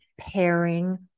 pairing